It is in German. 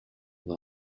war